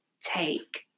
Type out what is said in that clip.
take